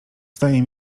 zdaje